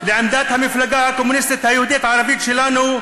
לעמדת המפלגה הקומוניסטית היהודית-ערבית שלנו,